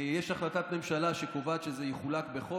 יש החלטת ממשלה שקובעת שזה יחולק בחוק.